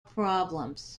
problems